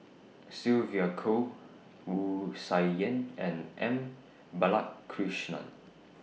Sylvia Kho Wu Tsai Yen and M Balakrishnan